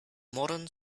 modern